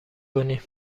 کنی